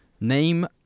Name